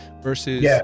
Versus